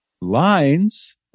Lines